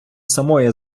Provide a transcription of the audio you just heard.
самої